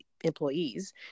employees